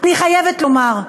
אני חייבת לומר: